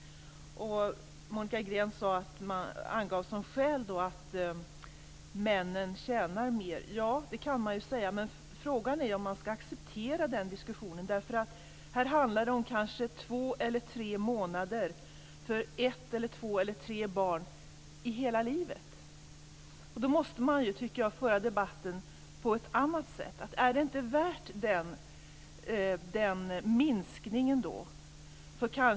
Monica Green angav som skäl att männen tjänar mer. Det kan man ju säga, men frågan är om man skall acceptera den diskussionen. Här handlar det om kanske två eller tre månader för ett, två eller tre barn under hela livet. Då måste man föra debatten på ett annat sätt. Är det inte värt den minskningen?